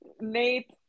Nate